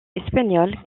espagnol